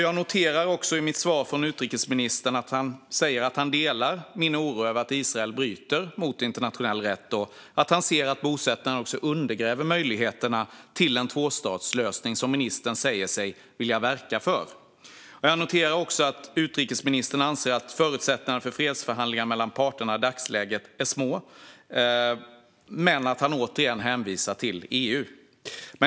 Jag noterade också att utrikesministern i sitt svar sa att han delade min oro över att Israel bryter mot internationell rätt och att han anser att bosättarna undergräver möjligheterna till en tvåstatslösning, som ministern säger sig vilja verka för. Jag noterar också att utrikesministern anser att förutsättningarna för fredsförhandlingar mellan parterna i dagsläget är små och återigen hänvisar till EU.